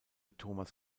thomas